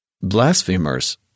blasphemers